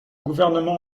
gouvernement